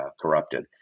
corrupted